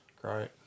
Great